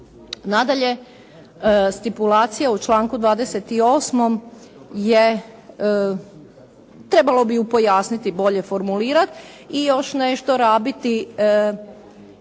Nadalje, stipulacija u članku 28. trebalo bi ju pojasniti i bolje formulirati. I još nešto, rabiti